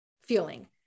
feeling